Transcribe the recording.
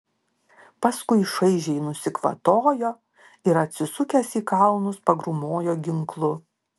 paskui šaižiai nusikvatojo ir atsisukęs į kalnus pagrūmojo ginklu